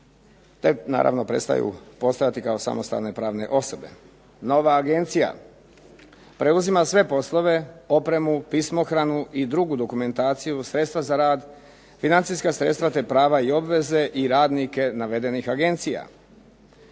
te naravno prestaju postojati kao samostalne pravne osobe. Nova agencija preuzima sve poslove, opremu, pismohranu i drugu dokumentaciju, sredstva za rad, financijska sredstva te prava i obveze i radnike navedenih agencija.